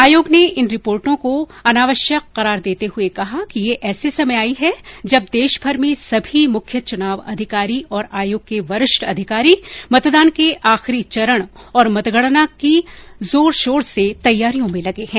आयोग ने इन रिपोर्टों को अनावश्यक करार देते हुए कहा है कि ये ऐसे समय आई हैं जब देशभर में सभी मुख्य चुनाव अधिकारी और आयोग के वरिष्ठ अधिकारी मतदान के आखिरी चरण और मतगणना की जोर शोर से तैयारियों में लगे हैं